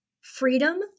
Freedom